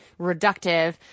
reductive